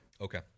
Okay